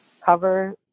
cover